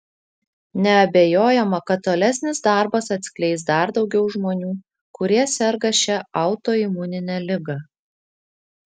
neabejojama kad tolesnis darbas atskleis dar daugiau žmonių kurie serga šia autoimunine liga